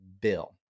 bill